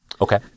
Okay